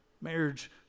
Marriage